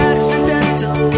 Accidental